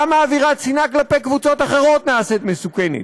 כמה אווירת שנאה כלפי קבוצות אחרות נעשית מסוכנת.